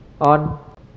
on